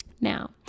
Now